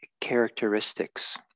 characteristics